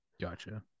Gotcha